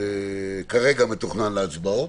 כרגע מתוכנן להצבעות.